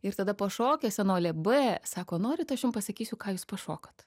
ir tada po šokio senolė b sako norit aš jum pasakysiu ką jūs pašokot